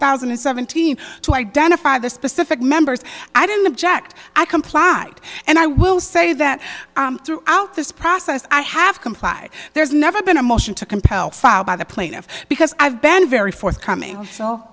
thousand seventeen to identify the specific members i didn't object i complied and i will say that throughout this process i have complied there's never been a motion to compel filed by the plaintiff because i've been very forthcoming